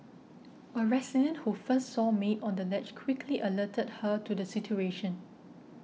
a resident who first saw maid on the ledge quickly alerted her to the situation